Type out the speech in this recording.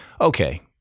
okay